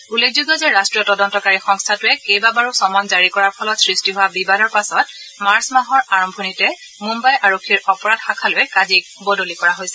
উল্লেখযোগ্য যে ৰাষ্টীয় তদন্তকাৰী সংস্থাটোৱে কেইবাবাৰো চমন জাৰি কৰাৰ ফলত সৃষ্টি হোৱা বিবাদৰ পাছত মাৰ্চ মাহৰ আৰম্ভণিতে মুম্বাই আৰক্ষীৰ অপৰাধ শাখালৈ কাজীক বদলি কৰা হৈছিল